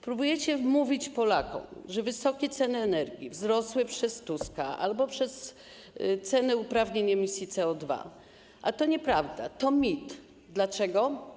Próbujecie wmówić Polakom, że wysokie ceny energii wzrosły przez Tuska albo przez ceny uprawnień do emisji CO2, a to nieprawda, to mit. Dlaczego?